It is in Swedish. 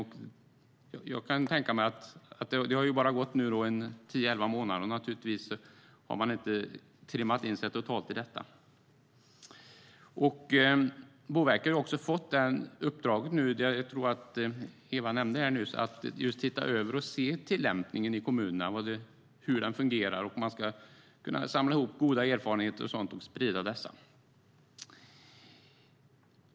Det har nu bara gått tio elva månader, och då har man naturligtvis inte trimmat in sig totalt i detta än. Boverket har också fått i uppdrag att se över tillämpningen i kommunerna. Jag tror att Eva nämnde det. Man ska se hur den fungerar. Man ska kunna samla goda erfarenheter och sprida dessa.